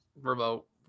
remote